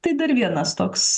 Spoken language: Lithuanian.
tai dar vienas toks